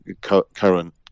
current